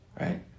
Right